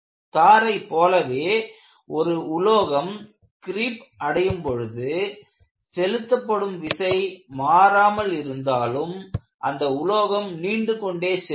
தாரை போலவே ஒரு உலோகம் கிரீப் அடையும் பொழுது செலுத்தப்படும் விசை மாறாமல் இருந்தாலும் அந்த உலோகம் நீண்டுகொண்டே செல்லும்